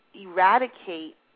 eradicate